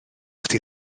chdi